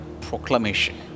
proclamation